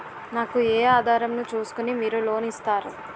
నాకు ఏ ఆధారం ను చూస్కుని మీరు లోన్ ఇస్తారు?